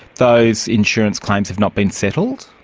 those insurance claims have not been settled?